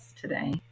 today